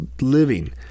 living